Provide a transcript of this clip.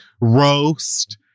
roast